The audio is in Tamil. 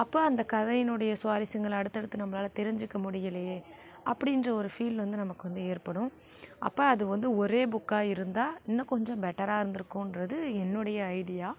அப்போ அந்தக் கதையினுடைய சுவாரஸ்யங்கள் அடுத்தடுத்து நம்பளால் தெரிஞ்சிக்க முடியலியே அப்படின்ற ஒரு ஃபீல் வந்து நமக்கு வந்து ஏற்படும் அப்போ அது வந்து ஒரே புக்காக இருந்தால் இன்னும் கொஞ்சம் பெட்டராக இருந்துக்குன்றது என்னுடைய ஐடியா